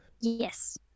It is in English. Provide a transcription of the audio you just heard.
Yes